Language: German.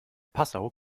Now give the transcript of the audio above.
passau